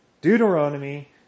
Deuteronomy